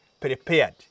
prepared